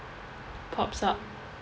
pops up